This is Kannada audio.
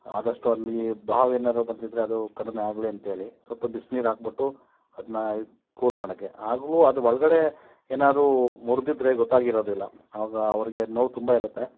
ಆದಷ್ಟು ಅಲ್ಲಿ ಬಾವು ಏನಾದ್ರು ಬಂದಿದ್ದರೆ ಅದು ಕಡಿಮೆಯಾಗ್ಲಿ ಅಂತೇಳಿ ಸ್ವಲ್ಪ ಬಿಸ್ನೀರು ಹಾಕ್ಬಿಟ್ಟು ಅದನ್ನ ಕೂಲ್ ಮಾಡೋಕೆ ಆಗಲೂ ಅದು ಒಳಗಡೆ ಏನಾದ್ರೂ ಮುರಿದಿದ್ರೆ ಗೊತ್ತಾಗಿರೋದಿಲ್ಲ ಆವಾಗ ಅವ್ರಿಗೆ ನೋವು ತುಂಬ ಇರುತ್ತೆ